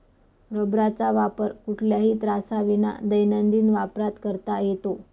रबराचा वापर कुठल्याही त्राससाविना दैनंदिन वापरात करता येतो